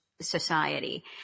society